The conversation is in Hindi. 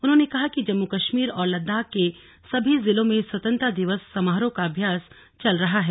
उन्होंने कहा कि जम्मू कश्मीर और लद्दाख के सभी जिलों में स्वतंत्रता दिवस समारोह का अभ्यास चल रहा है